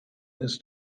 ist